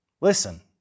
Listen